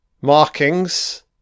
Markings